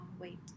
wait